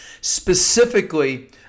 Specifically